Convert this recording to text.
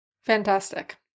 Fantastic